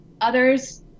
Others